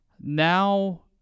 Now